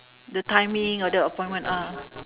the timing of the appointment ah